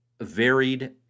varied